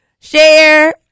Share